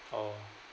orh